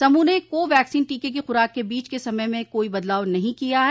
समूह ने कोवैक्सीन टीके की खुराक के बीच के समय में कोई बदलाव नहीं किया है